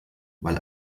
weil